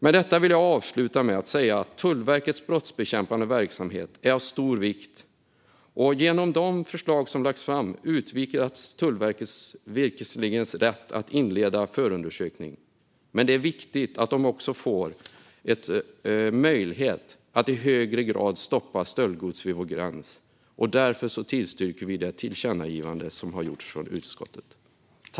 Jag vill avsluta med att säga att Tullverkets brottsbekämpande verksamhet är av stor vikt. Genom de förslag som lagts fram utvidgas visserligen Tullverkets rätt att inleda förundersökning, men det är viktigt att man också får möjlighet att i högre grad stoppa stöldgods vid vår gräns. Därför tillstyrker jag det tillkännagivande som gjorts av utskottet.